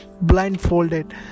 blindfolded